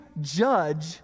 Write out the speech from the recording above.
judge